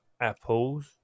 apples